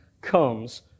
comes